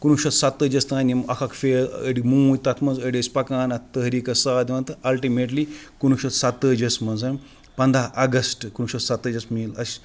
کُنوُہ شَتھ سَتٲجِیَس تام یِم اَکھ اَکھ فے أڑۍ موٗدۍ تَتھ منٛز أڑۍ ٲسۍ پَکان اَتھ تحریٖکَس ساتھ دِوان تہٕ اَلٹٕمیٹلی کُنوُہ شَتھ سَتٲجِیَس منٛز پنٛداہ اگسٹ کُنوُہ شَتھ ستٲجِیَس میٖل اَسہِ